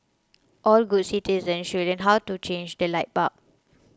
all good citizens should learn how to change a light bulb